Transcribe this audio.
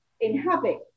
inhabit